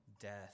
death